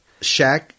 Shaq